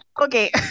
Okay